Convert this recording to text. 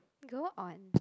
go on